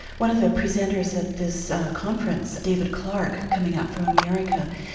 one of the presenters at this conference, david clark, coming out from america,